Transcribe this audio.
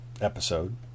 episode